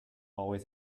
always